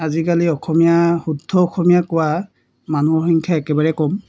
আজিকালি অসমীয়া শুদ্ধ অসমীয়া কোৱা মানুহৰ সংখ্যা একেবাৰে কম